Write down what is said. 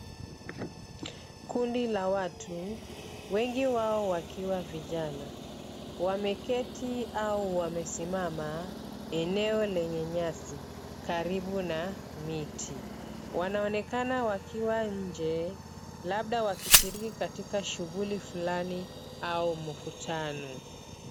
Kundi la watu wengi wao wakiwa vijana, wameketi au wamesimama eneo lenye nyasi karibu na miti. Wanaonekana wakiwa nje labda wakishiriki katika shuguli fulani au mkutano.